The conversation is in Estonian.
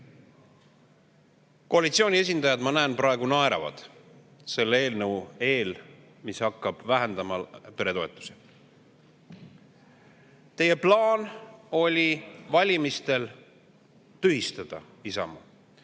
Koalitsiooni esindajad, ma näen, praegu naeravad selle eelnõu eel, mis hakkab vähendama peretoetusi. Teie plaan oli valimistel Isamaa